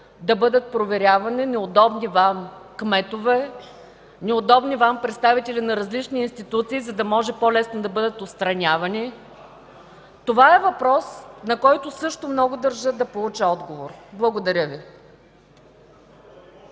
да бъдат проверявани неудобни Вам кметове, неудобни Вам представители на различни институции, за да може по-лесно да бъдат отстранявани? Това е въпрос, на който също много държа да получа отговор. Благодаря Ви.